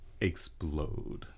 explode